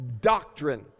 doctrine